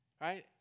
Right